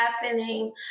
happening